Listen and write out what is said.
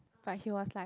but he was like